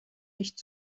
nicht